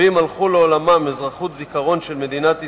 ואם הלכו לעולמם, אזרחות זיכרון של מדינת ישראל,